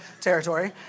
territory